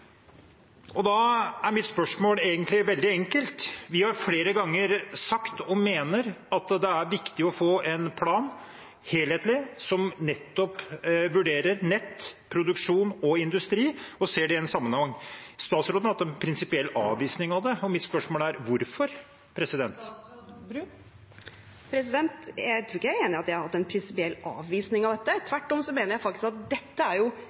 Da er mitt spørsmål egentlig veldig enkelt: Vi har flere ganger sagt, og mener, at det er viktig å få en helhetlig plan som nettopp vurderer nett, produksjon og industri og ser det i en sammenheng. Statsråden har hatt en prinsipiell avvisning av det, og mitt spørsmål er: Hvorfor? Jeg tror ikke jeg er enig i at jeg har hatt en prinsipiell avvisning av dette. Tvert om mener jeg faktisk at dette nettopp er